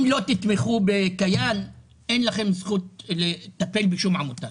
אם לא תתמכו ב"כייאן" אז אין לכם זכות לטפל בשום עמותה,